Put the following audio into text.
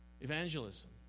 Evangelism